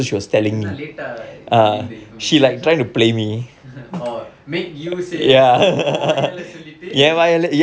என்ன:enna late ah giving the information oh make you say உன் வாயால சொல்லிட்டுun vaayaala sollittu